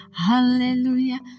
Hallelujah